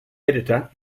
editor